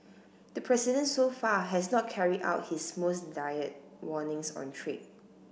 the president so far has not carried out his most dire warnings on trade